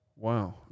Wow